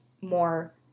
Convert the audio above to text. more